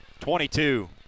22